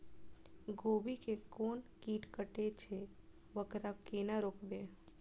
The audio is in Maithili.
गोभी के कोन कीट कटे छे वकरा केना रोकबे?